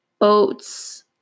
oats